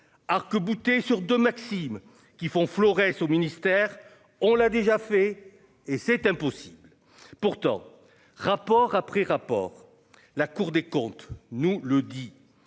Arc-bouté sur de Maxime qui font Florès au ministère, on l'a déjà fait et c'est impossible pourtant. Rapport après rapport, la Cour des comptes nous le dit